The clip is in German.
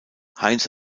heinz